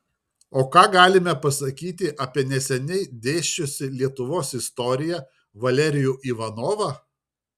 o ką galime pasakyti apie neseniai dėsčiusį lietuvos istoriją valerijų ivanovą